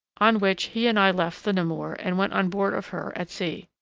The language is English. on which he and i left the namur, and went on board of her at sea.